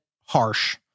harsh